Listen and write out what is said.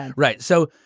and right. so.